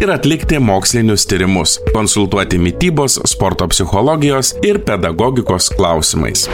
ir atlikti mokslinius tyrimus konsultuoti mitybos sporto psichologijos ir pedagogikos klausimais